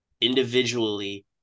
individually